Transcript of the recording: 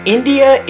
India